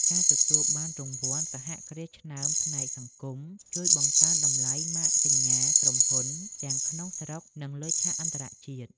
ការទទួលបានពានរង្វាន់សហគ្រាសឆ្នើមផ្នែកសង្គម ជួយបង្កើនតម្លៃម៉ាកសញ្ញាក្រុមហ៊ុនទាំងក្នុងស្រុក និងលើឆាកអន្តរជាតិ។